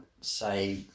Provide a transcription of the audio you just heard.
say